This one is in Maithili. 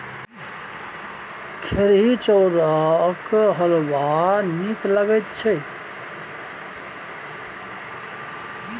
खेरहीक चाउरक हलवा नीक लगैत छै